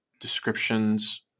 descriptions